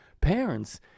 parents